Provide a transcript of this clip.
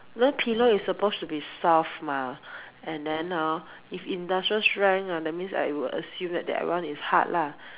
because pillow is supposed to be soft mah and then hor if industrial strength ah that means I would assume that that one is hard lah